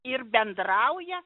ir bendrauja